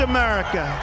America